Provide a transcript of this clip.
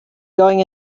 going